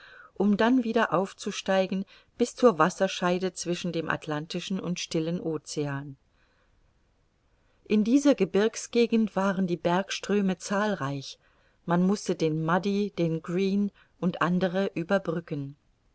um dann wieder aufzusteigen bis zur wasserscheide zwischen dem atlantischen und stillen ocean in dieser gebirgsgegend waren die bergströme zahlreich man mußte den muddy den green und andere überbrücken